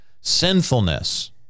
Sinfulness